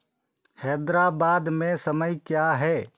हैदराबाद में समय क्या है